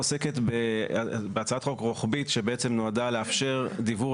ההצעה בוועדת החוקה עוסקת בהצעת חוק רוחבית שבעצם נועדה לאפשר דיוור